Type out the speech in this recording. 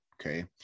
okay